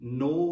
no